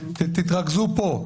תתרכזו פה.